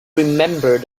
remembered